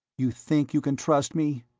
you think you can trust me?